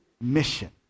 mission